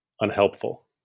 unhelpful